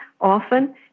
often